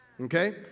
Okay